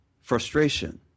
Frustration